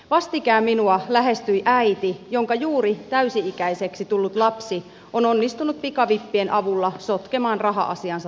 vastikään minua lähestyi äiti jonka juuri täysi ikäiseksi tullut lapsi on onnistunut pikavippien avulla sotkemaan raha asiansa täysin